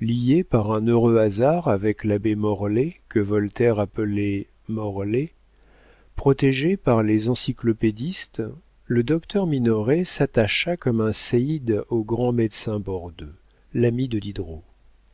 lié par un heureux hasard avec l'abbé morellet que voltaire appelait mord les protégé par les encyclopédistes le docteur minoret s'attacha comme un séide au grand médecin bordeu l'ami de diderot